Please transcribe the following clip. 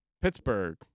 Pittsburgh